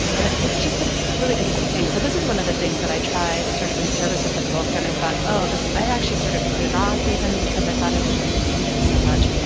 and it's just an, really interesting thing so this is one of the things that i tried sort of in service of the book. and i thought, oh, this, i actually sort of put it off even because i thought i was going to hate it so much.